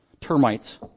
termites